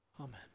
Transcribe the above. Amen